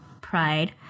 Pride